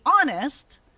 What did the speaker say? honest